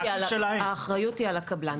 האחריות היא על הקבלן.